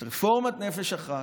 את רפורמת נפש אחת,